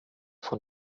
von